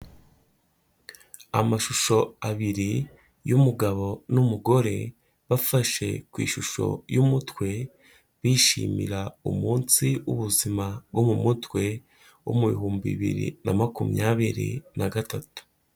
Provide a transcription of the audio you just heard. Amashusho abiri y'umugabo n'umugore bafashe ku ishusho y'umutwe, bishimira umunsi w'ubuzima bwo mu mutwe wo mu bihumbi bibiri na makumyabiri n'agatatu.